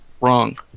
Wrong